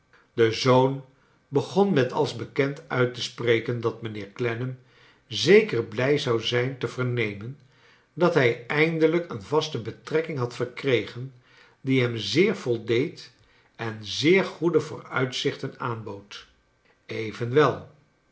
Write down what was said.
de zoon begon met als bekend uit te spreken dat mijnheer clennam zeker blij zou zijn te vernemen dat hij eindelijk een vaste betrekking had verkregen die hem zeer voldeed en zeer goede vooruitzichten aanbood evenwel